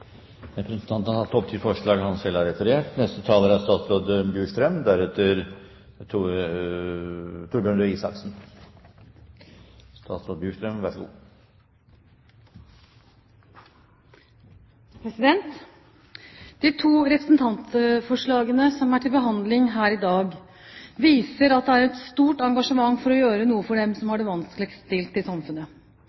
Representanten Abid Q. Raja har tatt opp de forslagene han refererte til. De to representantforslagene som er til behandling her i dag, viser at det er et stort engasjement for å gjøre noe for dem som